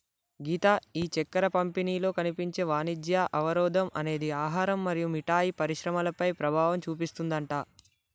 గీత ఈ చక్కెర పంపిణీలో కనిపించే వాణిజ్య అవరోధం అనేది ఆహారం మరియు మిఠాయి పరిశ్రమలపై ప్రభావం చూపిస్తుందట